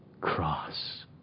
cross